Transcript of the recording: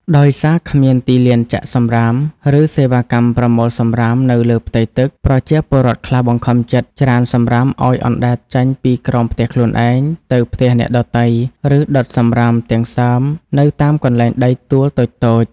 ដោយសារគ្មានទីលានចាក់សម្រាម ឬសេវាកម្មប្រមូលសម្រាមនៅលើផ្ទៃទឹក ប្រជាពលរដ្ឋខ្លះបង្ខំចិត្តច្រានសម្រាមឱ្យអណ្ដែតចេញពីក្រោមផ្ទះខ្លួនឯងទៅផ្ទះអ្នកដទៃ ឬដុតសម្រាមទាំងសើមនៅតាមកន្លែងដីទួលតូចៗ។